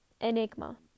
enigma